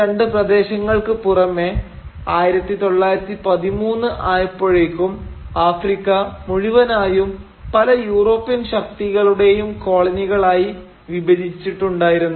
ഈ രണ്ട് പ്രദേശങ്ങൾക്ക് പുറമെ 1913 ആയപ്പോഴേക്കും ആഫ്രിക്ക മുഴുവനായും പല യൂറോപ്യൻ ശക്തികളുടെയും കോളനികളായി വിഭജിച്ചിട്ടുണ്ടായിരുന്നു